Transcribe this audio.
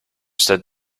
said